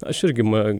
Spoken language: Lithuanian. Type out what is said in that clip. aš irgi ma